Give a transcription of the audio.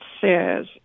says